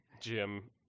jim